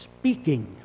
speaking